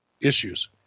issues